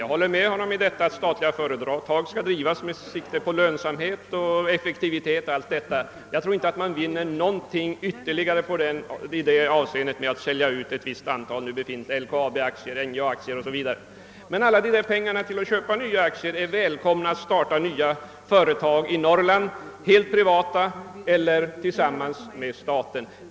Jag håller med honom om att statliga företag bör drivas med sikte på lönsamhet och effektivitet, men jag tror inte att man vinner någonting ytterligare i det avseendet genom att nu sälja ut ett fåtal LKAB-aktier eller NJA-aktier. Men alla de pengar för vilka aktier skulle köpas är välkomna att starta nya företag i Norrland, helt privata eller tillsammans med staten.